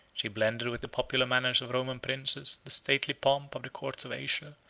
she blended with the popular manners of roman princes the stately pomp of the courts of asia,